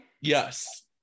Yes